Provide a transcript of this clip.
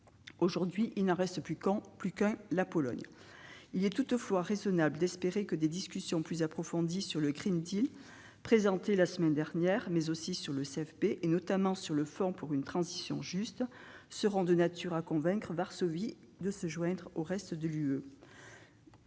Aujourd'hui, il n'en reste plus qu'un : la Pologne. Il est toutefois raisonnable d'espérer que des discussions plus approfondies sur le présenté la semaine dernière, mais aussi sur le CFP, s'agissant notamment du fonds pour une transition juste, seront de nature à convaincre Varsovie de se joindre au reste de l'Union